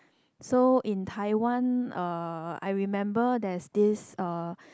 so in Taiwan uh I remember there's this uh